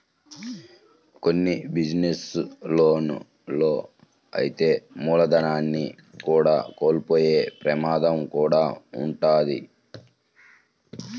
కొన్ని బిజినెస్ లలో అయితే మూలధనాన్ని కూడా కోల్పోయే ప్రమాదం కూడా వుంటది